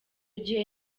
gihe